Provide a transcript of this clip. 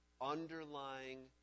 underlying